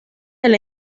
del